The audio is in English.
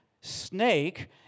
snake